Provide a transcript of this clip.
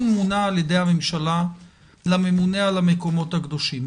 הוא מונה על ידי הממשלה כממונה על המוקמות הקדושים.